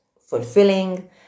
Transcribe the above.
fulfilling